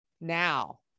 Now